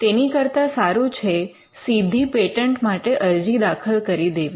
તેની કરતા સારું છે સીધી પેટન્ટ માટે અરજી દાખલ કરી દેવી